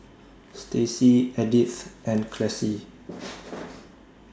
Stacey Edythe and Classie